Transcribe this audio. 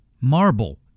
marble